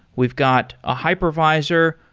we've got a hypervisor.